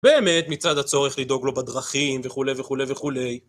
באמת מצד הצורך לדאוג לו בדרכים וכולי וכולי וכולי